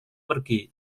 pergi